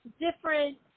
different